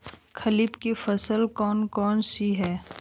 खरीफ की फसलें कौन कौन सी हैं?